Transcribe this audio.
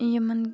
یِمن